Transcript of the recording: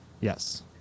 Yes